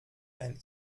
ein